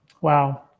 Wow